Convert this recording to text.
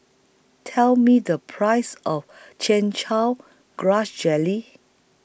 Tell Me The Price of Chin Chow Grass Jelly